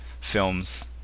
films